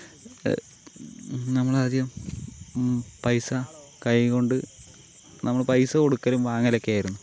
നമ്മളധികം പൈസ കൈകൊണ്ട് നമ്മൾ പൈസ കൊടുക്കലും വാങ്ങലൊക്കെ ആയിരുന്നു